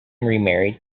remarried